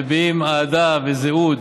מביאים אהדה וזהות.